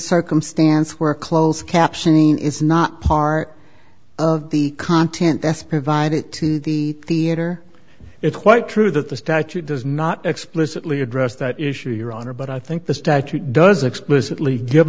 circumstance where close captioning is not part of the content that's provided to the theater it's quite true that the statute does not explicitly address that issue your honor but i think the statute does explicitly give